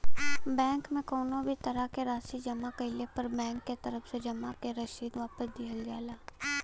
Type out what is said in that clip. bank में कउनो भी तरह क राशि जमा कइले पर बैंक के तरफ से जमा क रसीद वापस दिहल जाला